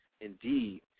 Indeed